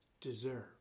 deserve